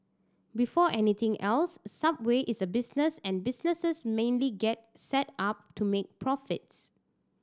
before anything else Subway is a business and businesses mainly get set up to make profits